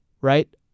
right